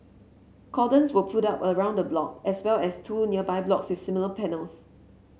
cordons were put up around the block as well as two nearby blocks with similar panels